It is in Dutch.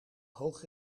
hoog